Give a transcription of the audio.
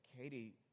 Katie